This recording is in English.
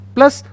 Plus